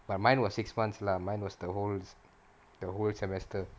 but mine was six months lah mine was the whole se~ the whole semester